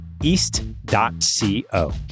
east.co